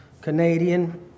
Canadian